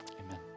Amen